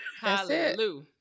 Hallelujah